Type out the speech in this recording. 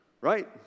Right